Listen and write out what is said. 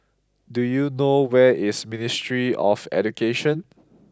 do you know where is Ministry of Education